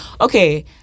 okay